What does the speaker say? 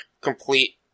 complete